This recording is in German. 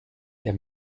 der